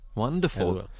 Wonderful